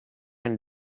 and